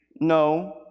No